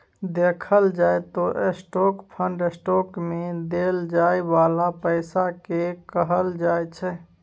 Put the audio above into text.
देखल जाइ त स्टाक फंड स्टॉक मे देल जाइ बाला पैसा केँ कहल जाइ छै